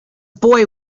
boy